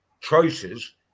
Choices